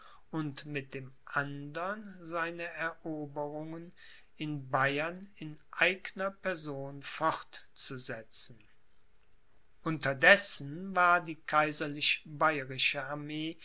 und mit dem andern seine eroberungen in bayern in eigner person fortzusetzen unterdessen war die kaiserlich bayerische armee